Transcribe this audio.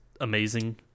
amazing